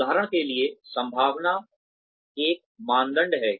उदाहरण के लिए संभावना एक मानदंड है